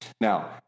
Now